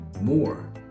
more